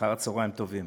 אחר צהריים טובים,